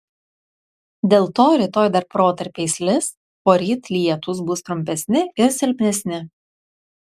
dėl to rytoj dar protarpiais lis poryt lietūs bus trumpesni ir silpnesni